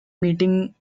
meeting